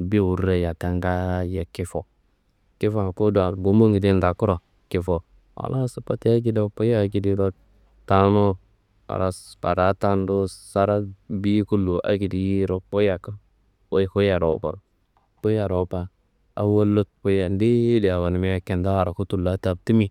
Bih wurra yaka ngaaye kifowo, kifowuwan kuduwan gumbundede ndokuro kifowo. Halas wote akedo kuyi akediro tawunu, halas fadaá tanduwu sara biyikullu akediro kuyi yaku, wuyi kuyiaro ko kuyiaro ko. Awollo kuyia ndeye yedi awonimia kintawu araku tulla taptimi,